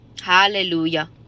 Hallelujah